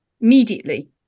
immediately